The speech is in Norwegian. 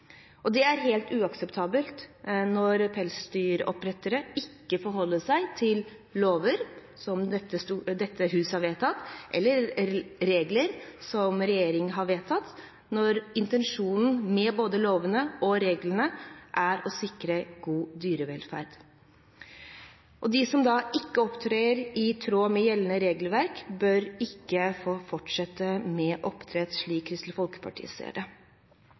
Det er helt uakseptabelt når pelsdyroppdrettere ikke forholder seg til lover som dette huset har vedtatt, eller regler som regjeringen har vedtatt, når intensjonen med både lovene og reglene er å sikre god dyrevelferd. De som da ikke opptrer i tråd med gjeldende regelverk, bør ikke få fortsette med oppdrett, slik Kristelig Folkeparti ser det.